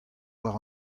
war